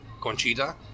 Conchita